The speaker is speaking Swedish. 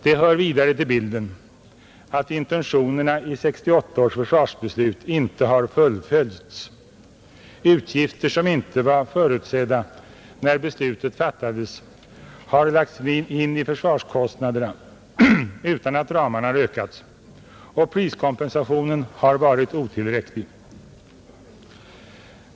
Det hör vidare till bilden att intentionerna i 1968 års försvarsbeslut inte har fullföljts. Utgifter som inte var förutsedda när beslutet fattades har lagts in i försvarskostnaderna utan att ramarna har vidgats, och priskompensationen har varit otillräcklig.